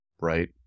right